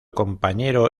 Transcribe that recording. compañero